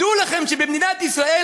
דעו לכם שבמדינת ישראל,